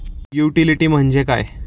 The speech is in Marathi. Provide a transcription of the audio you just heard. युटिलिटी म्हणजे काय?